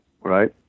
Right